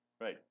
Right